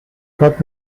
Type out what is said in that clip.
pot